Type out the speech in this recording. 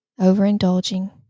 Overindulging